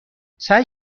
سعی